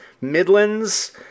Midland's